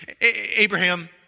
Abraham